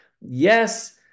Yes